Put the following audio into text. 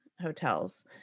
hotels